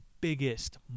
biggest